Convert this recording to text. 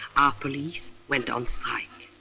our police went on strike.